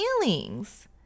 feelings